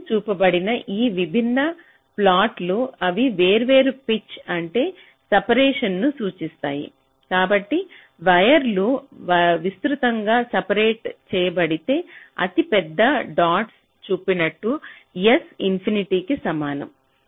మరియు చూపబడిన ఈ విభిన్న ప్లాట్లు అవి వేర్వేరు పిచ్ అంటే సపరేషన్ ను సూచిస్తాయి కాబట్టి వైర్లు విస్తృతంగా సపరేట్ చేయబడితే అతిపెద్ద డాట్స్ చూపినట్టు s ఇన్ఫినిటీ కి సమానం